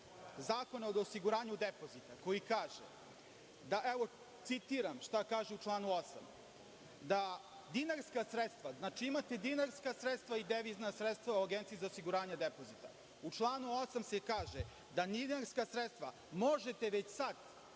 Zakona o osiguranju depozita, koji kaže, citiram šta kaže u članu 8. – dinarska sredstva, znači imate dinarska sredstva i devizna sredstva u Agenciji za osiguranje depozita, u članu 8. se kaže da dinarska sredstva možete već sad